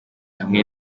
hamwe